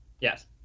Yes